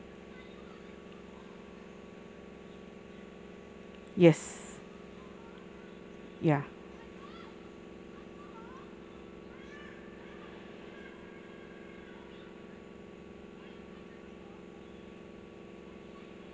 yes ya